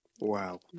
Wow